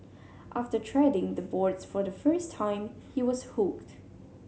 after treading the boards for the first time he was hooked